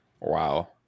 Wow